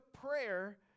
prayer